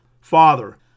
Father